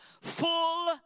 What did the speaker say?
full